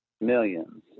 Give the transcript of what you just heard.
millions